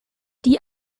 die